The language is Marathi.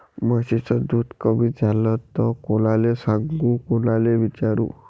म्हशीचं दूध कमी झालं त कोनाले सांगू कोनाले विचारू?